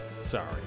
Sorry